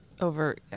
over